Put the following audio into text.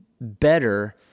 better